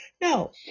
No